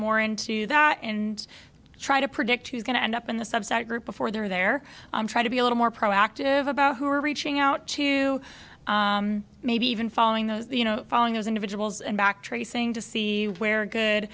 more into that and try to predict who's going to end up in the subset group before they're there try to be a little more proactive about who are reaching out to maybe even following those you know following those individuals and back tracing to see where a good